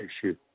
issue